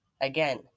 Again